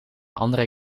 andere